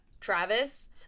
travis